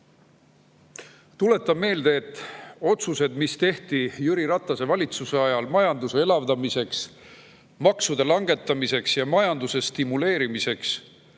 Tuletan meelde, et otsused, mis tehti Jüri Ratase valitsuse ajal majanduse elavdamiseks, maksude langetamiseks ja majanduse stimuleerimiseks,